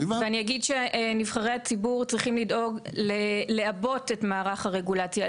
ואני אגיד שנבחרי הציבור צריכים לדאוג לעבות את מערך הרגולציה,